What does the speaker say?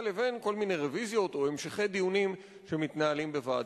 לבין כל מיני רוויזיות או המשכי דיונים שמתנהלים בוועדות.